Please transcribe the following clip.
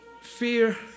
fear